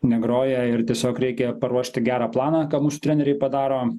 negroja ir tiesiog reikia paruošti gerą planą ką mūsų treneriai padaro